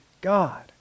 God